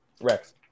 Rex